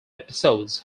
episodes